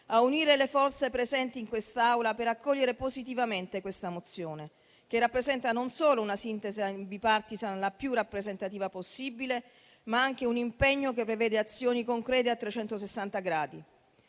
ad unire le forze presenti in quest'Aula per accogliere positivamente questa mozione, che rappresenta non solo una sintesi *bipartisan*, la più rappresentativa possibile, ma anche un impegno che prevede azioni concrete a